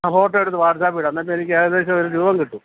ആ ഫോട്ടോയെടുത്ത് വാട്സപ്പിടൂ എന്നിട്ട് എനിക്ക് ഏകദേശമൊരു രൂപം കിട്ടും